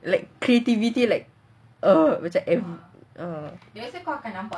like creativity like err macam ah